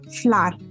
flour